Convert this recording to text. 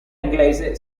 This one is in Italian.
inglese